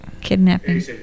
kidnapping